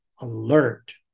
alert